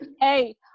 Hey